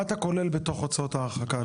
מה אתה כולל בתוך הוצאות ההרחקה?